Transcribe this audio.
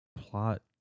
plot